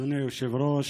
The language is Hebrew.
אדוני היושב-ראש,